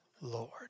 Lord